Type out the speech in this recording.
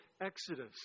Exodus